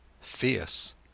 fierce